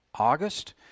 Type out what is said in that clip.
August